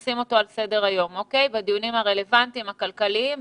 נשים אותו על סדר היום בדיונים הרלוונטיים הכלכליים.